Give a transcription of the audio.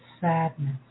sadness